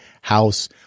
House